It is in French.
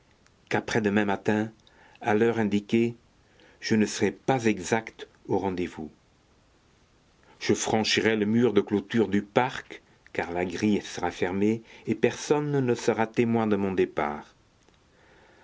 qu'après-demain matin à l'heure indiquée je ne serais pas exact au rendez-vous je franchirai le mur de clôture du parc car la grille sera fermée et personne ne sera témoin de mon départ